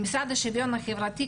למשרד לשוויון חברתי,